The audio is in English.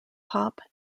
pop